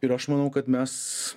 ir aš manau kad mes